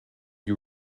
you